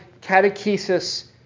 catechesis